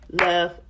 Love